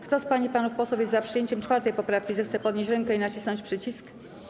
Kto z pań i panów posłów jest za przyjęciem 4. poprawki, zechce podnieść rękę i nacisnąć przycisk.